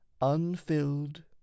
unfilled